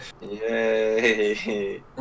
Yay